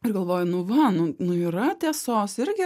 ir galvoju nu va nu nu yra tiesos irgi